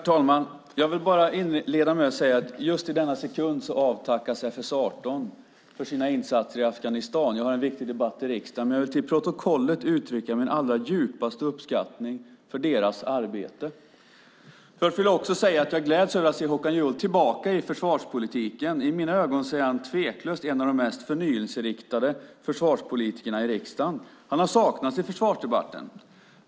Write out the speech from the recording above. Herr talman! Jag vill inleda med att säga att just i denna sekund avtackas FS 18 för sina insatser i Afghanistan. Jag har en viktig debatt i riksdagen, men jag vill till protokollet uttrycka min allra djupaste uppskattning för deras arbete. Jag vill också säga att jag gläds över att se Håkan Juholt tillbaka i försvarspolitiken. I mina ögon är han tveklöst en av de mest förnyelseinriktade försvarspolitikerna i riksdagen. Han har saknats i försvarsdebatten.